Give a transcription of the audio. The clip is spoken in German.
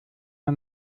der